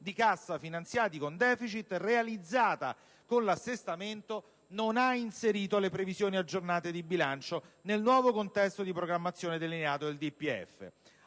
di cassa finanziati con *deficit*) realizzata con l'assestamento, non ha inserito le previsioni aggiornate di bilancio nel nuovo contesto di programmazione delineato dal DPEF.